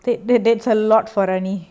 that that that's a lot for a நீ:nee